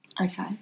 okay